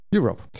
Europe